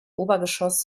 obergeschoss